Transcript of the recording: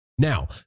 Now